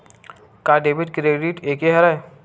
का debit credit एके हरय?